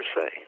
say